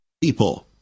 people